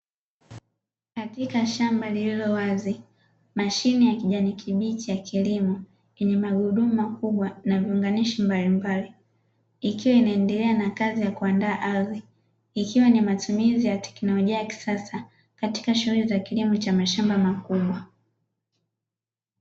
Katika shamba lililo wazi mashine ya kijani kibichi ya kilimo, yenye magurudumu makubwa na viunganishi mbalimbali, ikiwa inaendelea na kazi ya kuandaa ardhi, ikiwa ni matumizi ya teknolojia ya kisasa katika shughuli za kilimo cha mashamba makubwa.